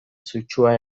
sutsua